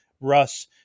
Russ